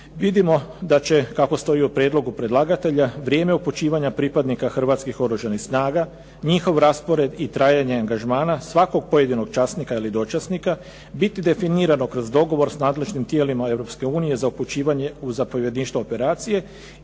Vidimo da će kako stoji u prijedlogu predlagatelja vrijeme upućivanja pripadnika Hrvatskih oružanih snaga, njihov raspored i trajanje angažmana svakog pojedinog časnika ili dočasnika biti definirano kroz dogovor s nadležnim tijelima Europske unije za upućivanje u zapovjedništvo operacije